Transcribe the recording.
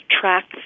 tracks